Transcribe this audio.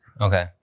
Okay